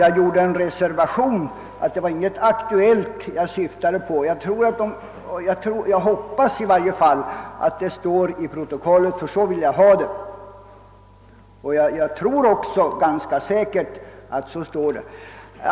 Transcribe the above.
Jag gjorde reservationen att jag inte syftade på något aktuellt angrepp, och jag hoppas att det står i protokollet; så vill jag i alla fall ha det. Jag tror också ganska säkert att det står så.